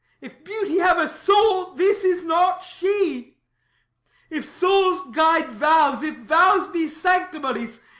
if beauty have a soul, this is not she if souls guide vows, if vows be sanctimonies,